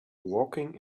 walking